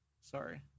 sorry